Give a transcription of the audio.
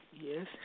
Yes